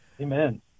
amen